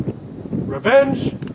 revenge